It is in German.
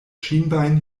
schienbein